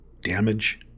damage